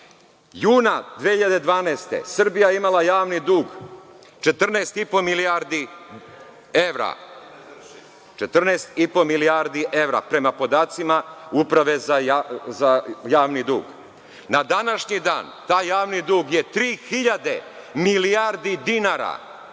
godine Srbija je imala javni dug 14,5 milijardi evra, prema podacima Uprave za javni dug. Na današnji dan ta javni dug je 3.000 milijardi dinara,